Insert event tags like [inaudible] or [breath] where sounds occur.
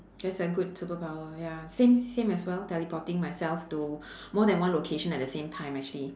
that's a good superpower ya same same as well teleporting myself to [breath] more than one location at the same time actually